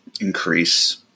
increase